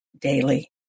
daily